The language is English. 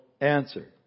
answer